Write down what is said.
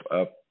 up